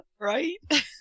Right